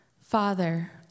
Father